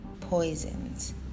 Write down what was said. poisons